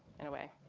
in a way.